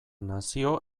nazio